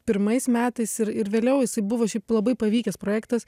pirmais metais ir ir vėliau jisai buvo šiaip labai pavykęs projektas